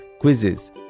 quizzes